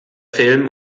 film